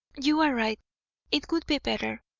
you are right it would be better,